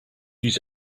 use